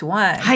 one